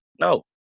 No